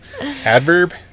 adverb